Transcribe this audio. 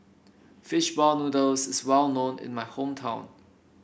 fish ball noodles is well known in my hometown